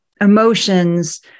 emotions